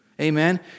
Amen